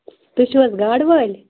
تُہۍ چھِو حظ گاڈٕ وٲلۍ